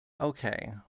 Okay